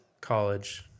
college